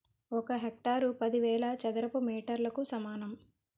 ఒక హెక్టారు పదివేల చదరపు మీటర్లకు సమానం